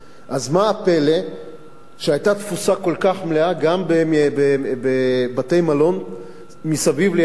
אז מה הפלא שהיתה תפוסה כל כך מלאה גם בבתי-המלון מסביב לים-המלח?